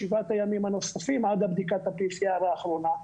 שבעת הימים הנוספים עד בדיקת ה-PCR האחרונה.